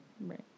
Right